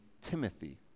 Timothy